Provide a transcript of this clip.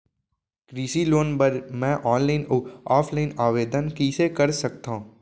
कृषि लोन बर मैं ऑनलाइन अऊ ऑफलाइन आवेदन कइसे कर सकथव?